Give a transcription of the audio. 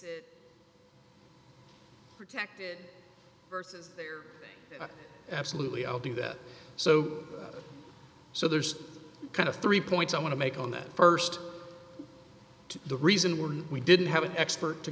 rights protected versus there absolutely i'll do that so so there's kind of three points i want to make on that st to the reason were we didn't have an expert to